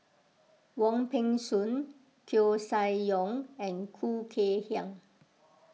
Wong Peng Soon Koeh Sia Yong and Khoo Kay Hian